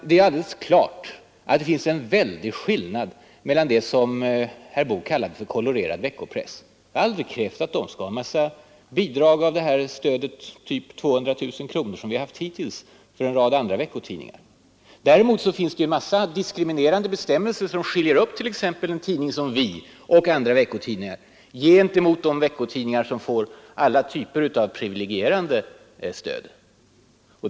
Det är alldeles klart att det finns en väldig skillnad mellan tidningar av det här slaget och det som herr Boo kallade för ”kolorerad veckopress”. Jag har aldrig krävt att sådana tidningar skall få del av det stöd i storleksordningen 200 000 kr., som hittills utgått till en rad andra veckotidningar. Däremot finns det en mångfald diskriminerande bestämmelser som skiljer upp t.ex. tidningen Vi och andra veckotidningar gentemot de veckotidningar som får alla typer av privilegierande stöd.